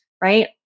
right